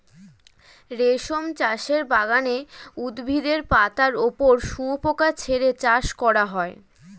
রেশম চাষের বাগানে উদ্ভিদের পাতার ওপর শুয়োপোকা ছেড়ে চাষ করা হয়